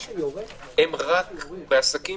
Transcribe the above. הם רק בעסקים?